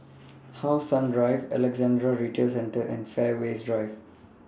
How Sun Drive Alexandra Retail Centre and Fairways Drive